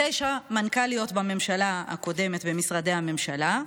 מתשע מנכ"ליות בממשלה הקודמת במשרדי הממשלה,